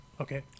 Okay